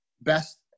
Best